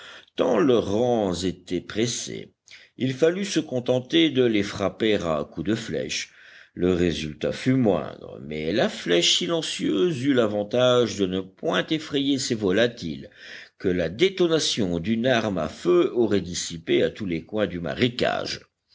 tant leurs rangs étaient pressés il fallut se contenter de les frapper à coups de flèche le résultat fut moindre mais la flèche silencieuse eut l'avantage de ne point effrayer ces volatiles que la détonation d'une arme à feu aurait dissipés à tous les coins du marécage